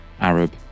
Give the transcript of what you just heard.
arab